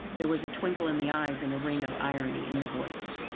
there was a twinkle in the eyes, and a ring of irony in the voice.